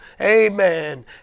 amen